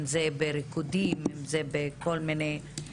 בריקודים וכדומה.